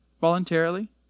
voluntarily